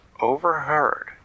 overheard